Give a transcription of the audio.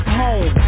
home